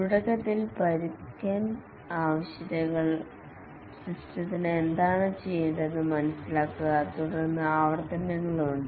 തുടക്കത്തിൽ പരുക്കൻ ആവശ്യകതകൾ സിസ്റ്റത്തിന് എന്താണ് ചെയ്യേണ്ടതെന്ന് മനസിലാക്കുക തുടർന്ന് ആവർത്തനങ്ങളുണ്ട്